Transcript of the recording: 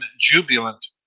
jubilant